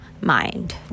mind